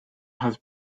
has